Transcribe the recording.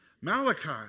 Malachi